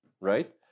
right